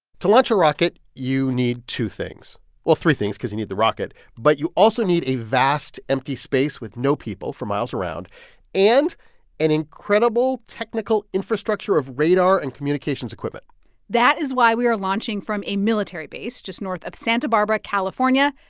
to launch a rocket you need two things well, three things because you need the rocket. but you also need a vast, empty space with no people for miles around and an incredible technical infrastructure of radar and communications equipment that is why we are launching from a military base just north of santa barbara, calif, and